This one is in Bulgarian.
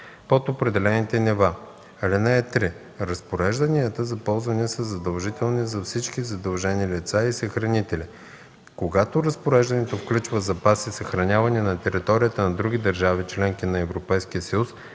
под определените нива. (3) Разпорежданията за ползване са задължителни за всички задължени лица и съхранители. Когато разпореждането включва запаси, съхранявани на територията на други държави – членки на Европейския съюз,